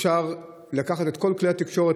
אפשר לקחת את כל כלי התקשורת,